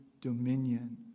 dominion